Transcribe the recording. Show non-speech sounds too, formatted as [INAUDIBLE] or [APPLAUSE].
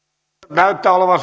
näyttää olevan [UNINTELLIGIBLE]